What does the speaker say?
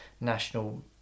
national